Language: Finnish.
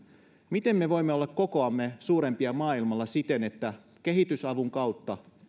miten me voimme olla kokoamme suurempia maailmalla siten että kehitysavun kautta